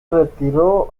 retiró